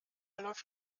läuft